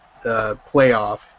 playoff